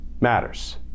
matters